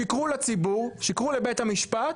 שיקרו לציבור, שיקרו לבית המשפט,